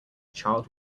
child